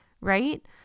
Right